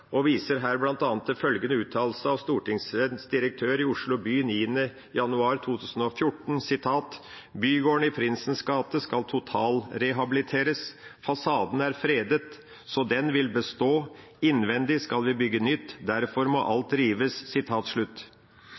og viser her bl.a. til følgende uttalelse av Stortingets direktør i Osloby i Aftenposten 5. januar 2014: «Bygården i Prinsens gate skal totalrehabiliteres. Fasaden er fredet, så den vil bestå. Innvendig skal vi bygge nytt, derfor må alt